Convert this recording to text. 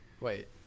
Wait